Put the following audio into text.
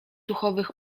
duchowych